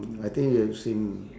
mm I think you have seen